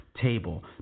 table